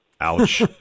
Ouch